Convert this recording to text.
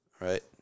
right